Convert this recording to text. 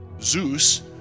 Zeus